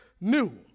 new